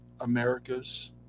America's